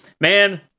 Man